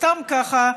סתם ככה,